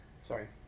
Sorry